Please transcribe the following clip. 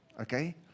okay